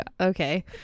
okay